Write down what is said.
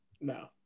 No